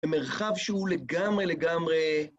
במרחב שהוא לגמרי לגמרי...